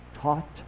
taught